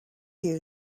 you